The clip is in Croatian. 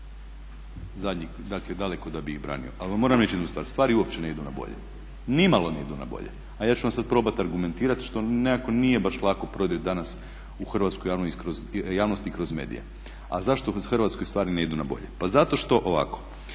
mjesto, dakle daleko da bi ih branio. Ali vam moram reći jednu stvar, stvari uopće ne idu na bolje, a ja ću vam sad probat argumentirat što nekako nije baš lako … danas u hrvatsku javnost i kroz medije. A zašto u Hrvatskoj stvari ne idu na bolje, pa zato što ovako,